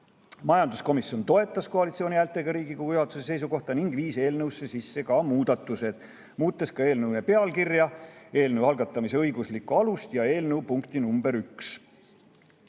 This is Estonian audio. Majanduskomisjon toetas koalitsiooni häältega Riigikogu juhatuse seisukohta ning viis eelnõusse sisse ka muudatused, muutes eelnõu pealkirja, eelnõu algatamise õiguslikku alust ja eelnõu punkti nr 1.